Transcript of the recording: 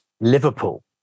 Liverpool